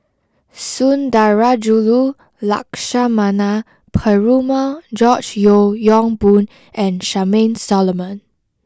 Sundarajulu Lakshmana Perumal George Yeo Yong Boon and Charmaine Solomon